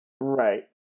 right